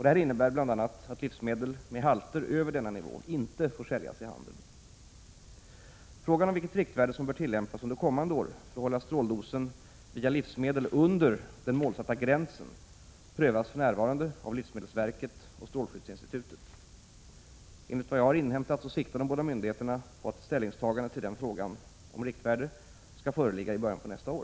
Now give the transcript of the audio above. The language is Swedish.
Detta innebär bl.a. att livsmedel med halter över denna nivå inte får säljas i handeln. Frågan om vilket riktvärde som bör tillämpas under kommande år för att hålla stråldosen via livsmedel under den målsatta gränsen prövas för närvarande av livsmedelsverket och strålskyddsinstitutet. Enligt vad jag inhämtat siktar de båda myndigheterna på att ett ställningstagande till frågan 35 om riktvärde skall föreligga i början av nästa år.